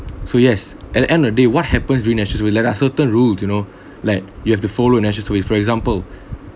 so yes at the end of the day what happens during national service that are certain rules you know like you have to follow national service for example